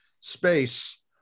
space